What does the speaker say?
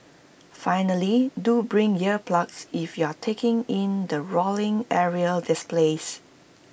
finally do bring ear plugs if you are taking in the roaring aerial displays